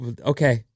Okay